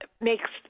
makes